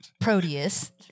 Proteus